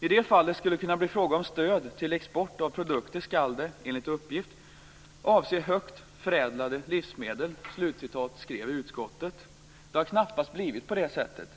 I det fall att det skall kunna bli fråga om stöd till export av produkter skall det, enligt uppgift, avse högt förädlade livsmedel." Detta skrev utskottet. Det har knappast blivit på det sättet.